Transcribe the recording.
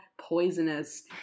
poisonous